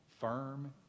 firm